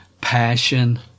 passion